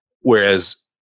whereas